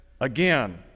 Again